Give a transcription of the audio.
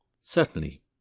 Certainly